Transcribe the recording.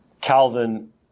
Calvin